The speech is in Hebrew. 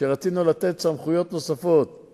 אין ספק שנושא האכיפה חשוב מאוד.